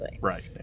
Right